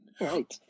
right